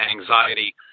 anxiety